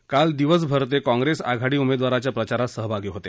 ते काल दिवसभर काँग्रेस आघाडी उमेदवाराच्या प्रचारात सहभागी होते